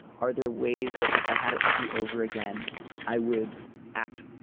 are there ways that if i had it to do over again i would act